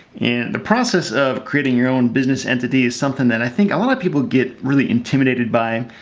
and the process of creating your own business entity is something that i think a lot of people get really intimidated by,